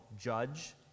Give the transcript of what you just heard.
judge